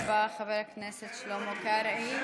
תודה רבה, חבר הכנסת שלמה קרעי.